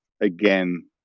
again